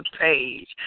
page